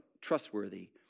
trustworthy